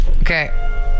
okay